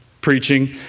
preaching